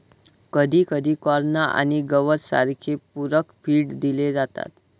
कधीकधी कॉर्न आणि गवत सारखे पूरक फीड दिले जातात